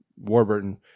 Warburton